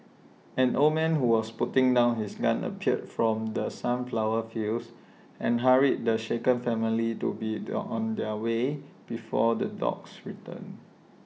an old man who was putting down his gun appeared from the sunflower fields and hurried the shaken family to be the on their way before the dogs return